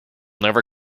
never